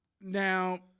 Now